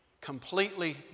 completely